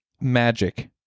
magic